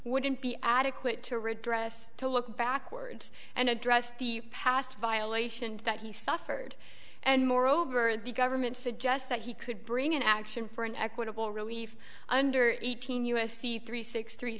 wouldn't be adequate to redress to look backwards and address the past violation that he suffered and moreover the government suggests that he could bring an action for an equitable relief under eighteen u s c three six three